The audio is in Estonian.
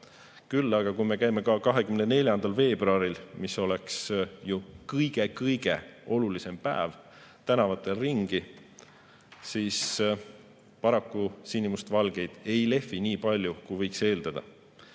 Küll aga kui me käime ka 24. veebruaril, mis oleks ju kõige-kõige olulisem päev, tänavatel ringi, siis paraku sinimustvalgeid ei lehvi nii palju, kui võiks eeldada.